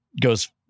goes